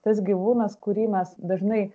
tas gyvūnas kurį mes dažnai